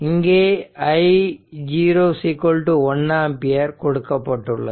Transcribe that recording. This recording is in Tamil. இங்கே i 1 ஆம்பியர் கொடுக்கப்பட்டுள்ளது